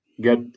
get